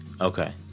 Okay